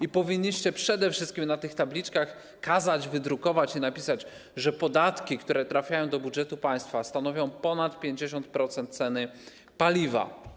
I powinniście przede wszystkim na tych tabliczkach kazać wydrukować i napisać, że podatki, które trafiają do budżetu państwa, stanowią ponad 50% ceny paliwa.